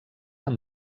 amb